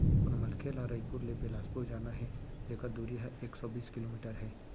कोनो मनखे ल रइपुर ले बेलासपुर जाना हे जेकर दूरी ह एक सौ बीस किलोमीटर हे